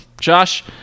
Josh